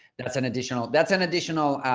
that's an additional, that's an additional,